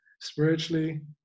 spiritually